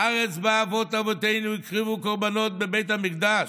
הארץ שבה אבות-אבותינו הקריבו קורבנות בבית המקדש,